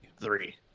Three